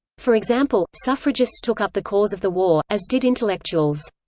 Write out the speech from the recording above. for example, suffragists took up the cause of the war, as did intellectuals.